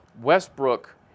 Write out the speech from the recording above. Westbrook